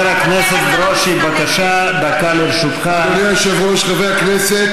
איתן ברושי, בבקשה, אדוני, ואחריו, חבר הכנסת